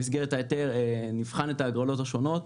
במסגרת ההיתר נבחן את ההגרלות השונות,